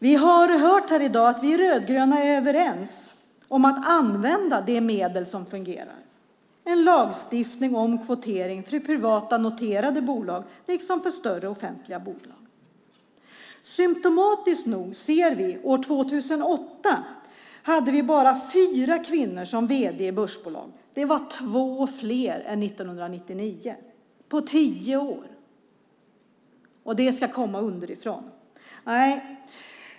Vi har hört här i dag att vi rödgröna är överens om att använda de medel som fungerar - en lagstiftning om kvotering för privata, noterade bolag liksom för större offentliga bolag. Symtomatiskt nog ser vi att vi 2008 bara hade fyra kvinnor som vd i börsbolag. Det var två fler än 1999. På tio år! Och det ska komma underifrån.